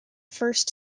first